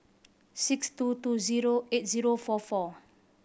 six two two zero eight zero four four